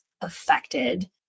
affected